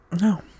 No